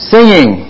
Singing